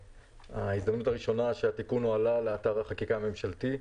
ההזדמנות הראשונה שהתיקון הועלה לאתר החקיקה הממשלתי,